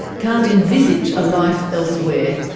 can't envisage a life elsewhere.